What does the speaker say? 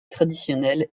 traditionnelles